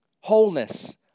Wholeness